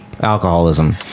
alcoholism